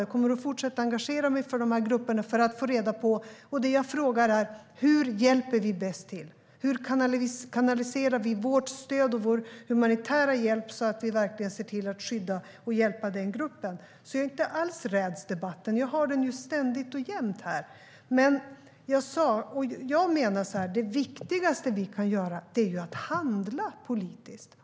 Jag kommer att fortsätta att engagera mig för dessa grupper för att få svar på min fråga: Hur hjälper vi bäst till, och hur kanaliserar vi vårt stöd och vår humanitära hjälp så att vi ser till att skydda och hjälpa denna grupp? Jag räds inte alls debatten. Jag har den ständigt och jämt här. Jag menar att det viktigaste vi kan göra är att handla politiskt.